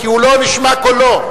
כי לא נשמע קולו.